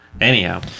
Anyhow